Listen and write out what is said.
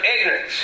ignorance